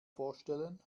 vorstellen